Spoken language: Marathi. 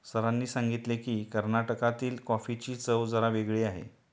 सरांनी सांगितले की, कर्नाटकातील कॉफीची चव जरा वेगळी आहे